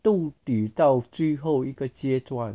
都抵到最后一个阶段